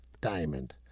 diamond